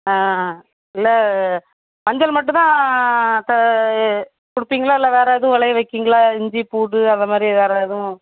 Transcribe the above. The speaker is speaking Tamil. ஆ இல்லை மஞ்சள் மட்டுந்தான் தா கொடுப்பீங்களா இல்லை வேறு எதுவும் விளைய வைக்கிறிங்களா இஞ்சி பூண்டு அதமாதிரி வேறு எதுவும்